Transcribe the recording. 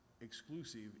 exclusive